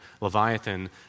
Leviathan